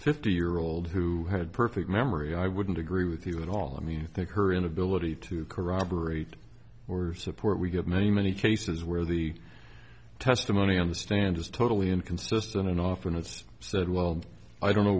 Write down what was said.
fifty year old who had perfect memory i wouldn't agree with you at all i mean i think her inability to corroborate or support we have many many cases where the testimony on the stand is totally inconsistent and often it's said well i don't know